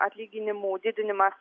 atlyginimų didinimas